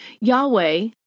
Yahweh